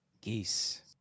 Geese